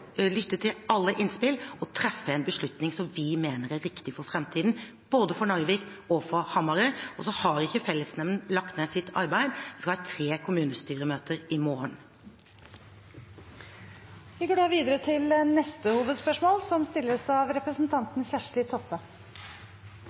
lytte til alle innspill og treffe en beslutning som vi mener er riktig for framtiden både for Narvik og for Hamarøy. Og så har ikke fellesnemnda lagt ned sitt arbeid. Det skal være tre kommunestyremøter i morgen. Vi går til neste hovedspørsmål.